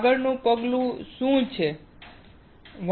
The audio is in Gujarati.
આગળનું પગલું શું છે